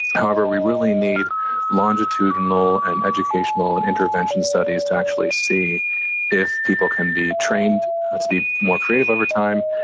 however, we really need longitudinal and educational and intervention studies to actually see if people can be trained to be more creative over time,